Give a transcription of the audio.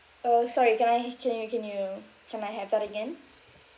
uh sorry can I hear can you can you can I have that again